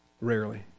Rarely